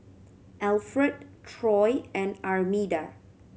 Alfred Troy and Armida